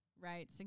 right